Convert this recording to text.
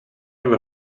have